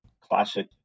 classic